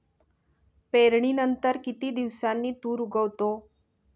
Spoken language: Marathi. पेरणीनंतर किती दिवसांनी तूर उगवतो?